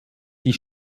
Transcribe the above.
die